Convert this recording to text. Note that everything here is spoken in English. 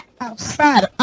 outside